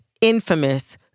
infamous